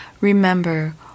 remember